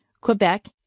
Quebec